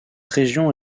région